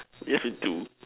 yes we do